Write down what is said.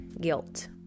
guilt